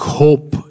hope